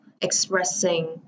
expressing